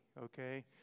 okay